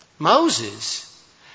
Moses